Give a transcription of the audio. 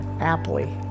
aptly